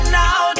now